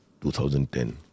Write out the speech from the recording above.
2010